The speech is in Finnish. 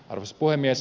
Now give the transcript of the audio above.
arvoisa puhemies